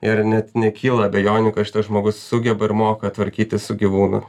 ir net nekyla abejonių kad šitas žmogus sugeba ir moka tvarkytis su gyvūnu